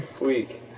week